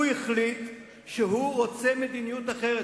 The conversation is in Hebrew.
הוא החליט שהוא רוצה מדיניות אחרת,